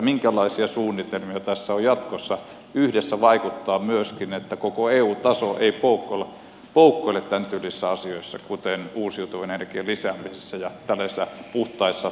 minkälaisia suunnitelmia tässä on jatkossa yhdessä vaikuttaa myöskin että koko eu taso ei poukkoile tämäntyylisissä asioissa kuten uusiutuvan energian lisäämisessä ja puhtaissa biopolttoaineissa